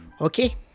okay